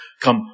come